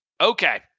Okay